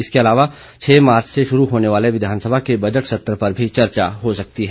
इसके अलावा छह मार्च से शुरू होने वाले विधानसभा के बजट सत्र पर भी चर्चा हो सकती है